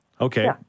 Okay